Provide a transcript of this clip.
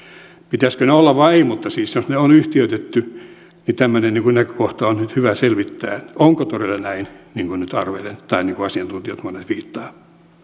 pitäisikö niiden olla vai ei mutta siis jos ne on yhtiöitetty niin tämmöinen näkökohta on on nyt hyvä selvittää että onko todella näin niin kuin nyt arvelen tai niin kuin monet asiantuntijat viittaavat